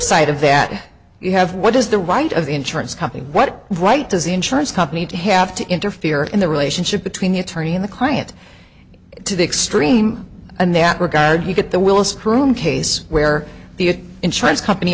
side of that you have what is the right of insurance company what right does the insurance company to have to interfere in the relationship between the attorney and the client to the extreme and that regard you get the willis groom case where the insurance company